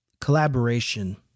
collaboration